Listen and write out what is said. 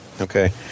Okay